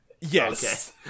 Yes